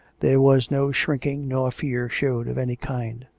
there was no shrinking nor fear showed of any kind.